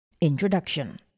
Introduction